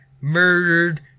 murdered